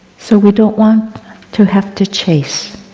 so we don't want to have to chase